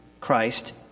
Christ